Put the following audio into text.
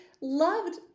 loved